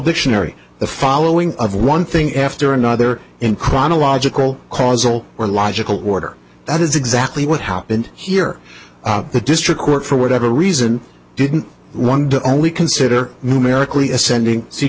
dictionary the following of one thing after another in chronological causal or logical order that is exactly what happened here the district court for whatever reason didn't want to only consider numerically ascending se